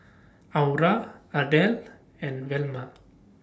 Aura Ardelle and Velma